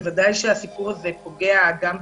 בוודאי שהסיפור הזה פוגע גם בגברים,